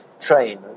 train